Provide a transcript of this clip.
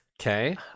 okay